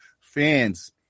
fans –